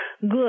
good